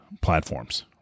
platforms